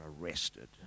arrested